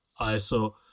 ISO